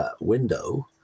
window